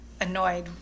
annoyed